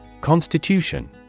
Constitution